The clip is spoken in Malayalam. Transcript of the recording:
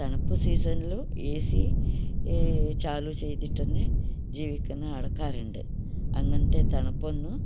തണുപ്പ് സീസണില് ഏ സീ ചാലു ചെയ്യ്തിട്ട് തന്നെ ജീവിക്കുന്ന ആൾക്കാരുണ്ട് അങ്ങനത്തെ തണുപ്പൊന്നും